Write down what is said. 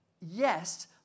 Yes